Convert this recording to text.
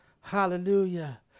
hallelujah